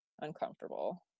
uncomfortable